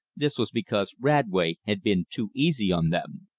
this was because radway had been too easy on them.